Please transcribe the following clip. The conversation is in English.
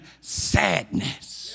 sadness